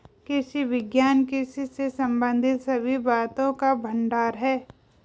कृषि विज्ञान कृषि से संबंधित सभी बातों का भंडार है